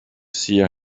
seer